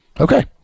Okay